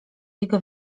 jego